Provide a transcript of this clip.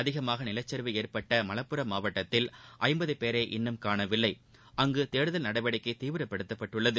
அதிகமான நிலச்சரிவு ஏற்பட்ட மலப்புரம் மாவட்டத்தில் ஐம்பது பேரை இன்னும் காணவில்லை அங்கு தேடுதல் நடவடிக்கை தீவிரப்படுத்தப்பட்டுள்ளது